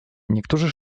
niektórzy